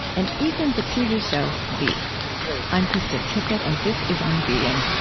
and even the tv show veep i'm krista tippett, and this is on being